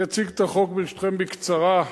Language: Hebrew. אני אציג את החוק, ברשותכם, בקצרה.